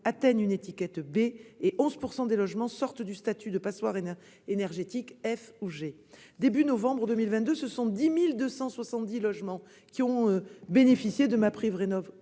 atteignent une étiquette B, et 11 % des logements sortent du statut de passoire énergétique F ou G. Au début du mois de novembre 2022, quelque 10 270 logements ont bénéficié de MaPrimeRénov'